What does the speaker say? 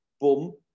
Boom